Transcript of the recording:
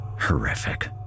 Horrific